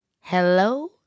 Hello